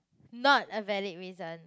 not a valid reason